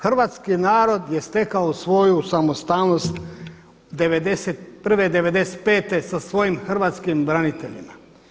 Hrvatski narod je stekao svoju samostalnost 91., 95. sa svojim hrvatskim braniteljima.